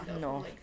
no